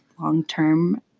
long-term